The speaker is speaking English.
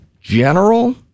general